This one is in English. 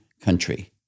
country